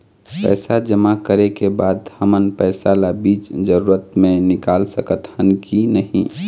पैसा जमा करे के बाद हमन पैसा ला बीच जरूरत मे निकाल सकत हन की नहीं?